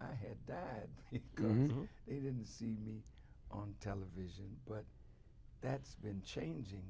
i had died and they didn't see me on television but that's been changing